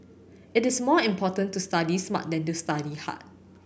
it is more important to study smart than to study hard